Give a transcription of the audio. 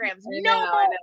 no